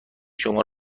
شما